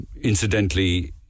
incidentally